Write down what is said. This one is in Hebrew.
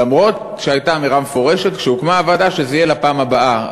למרות שהייתה אמירה מפורשת כשהוקמה הוועדה שזה יהיה לפעם הבאה,